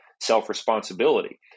self-responsibility